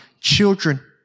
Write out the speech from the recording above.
children